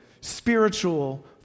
spiritual